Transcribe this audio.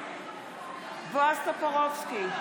בועז טופורובסקי,